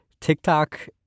TikTok